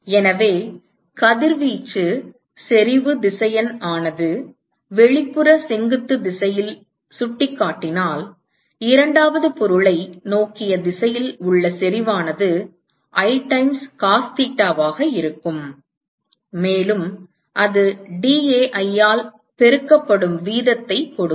எனவே கதிர்வீச்சு செறிவு திசையன் ஆனது வெளிப்புற செங்குத்து திசையில் சுட்டிக்காட்டினால் இரண்டாவது பொருளை நோக்கிய திசையில் உள்ள செறிவு ஆனது I டைம்ஸ் காஸ் தீட்டாவாக இருக்கும் மேலும் அது dAi ஆல் பெருக்கப்படும் வீதத்தைக் கொடுக்கும்